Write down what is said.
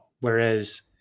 Whereas